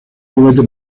juguete